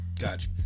Gotcha